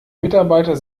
mitarbeiter